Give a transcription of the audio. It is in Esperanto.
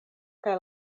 kaj